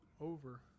over